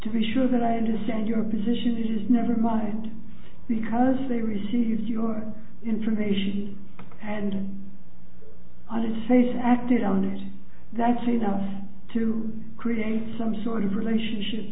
to be sure that i understand your position is never mind because they received your information and on the same acted on that's enough to create some sort of relationship